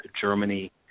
Germany